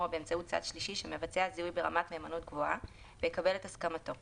או באמצעות צד שלישי שמבצע זיהוי ברמת מהימנות גבוהה ויקבל את הסכמתו;